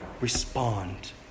respond